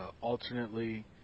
alternately